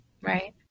Right